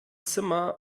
zimmer